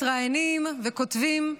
מתראיינים וכותבים,